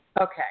Okay